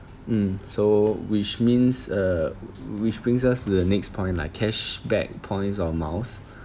mm so which means uh which brings us to the next point lah cashback points or miles